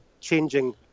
changing